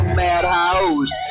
madhouse